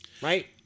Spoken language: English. right